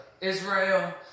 Israel